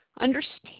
Understand